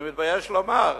אני מתבייש לומר,